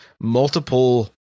multiple